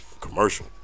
commercial